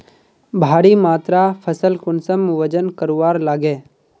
भारी मात्रा फसल कुंसम वजन करवार लगे?